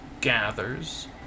gathers